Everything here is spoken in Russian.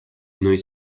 иной